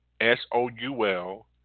S-O-U-L